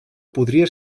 podria